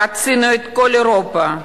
חצינו את כל אירופה,